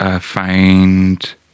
Find